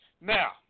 Now